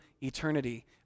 eternity